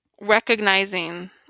recognizing